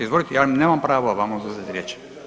Izvolite, ja nemam pravo vama oduzeti riječ.